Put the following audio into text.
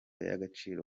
y’agaciro